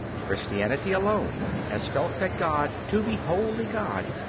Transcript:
christianity alone has felt that god, to be wholly god,